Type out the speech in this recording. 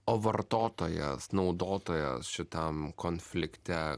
o vartotojas naudotojas šitam konflikte